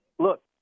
Look